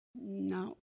No